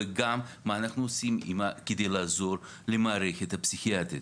וגם מה אנחנו עושים כדי לעזור למערכת הפסיכיאטרית.